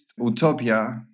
utopia